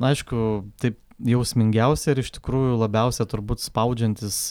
aišku tai jausmingiausia ir iš tikrųjų labiausia turbūt spaudžiantis